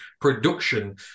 production